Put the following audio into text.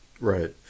right